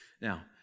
Now